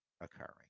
occurring